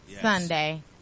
Sunday